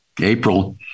april